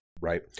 Right